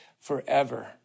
forever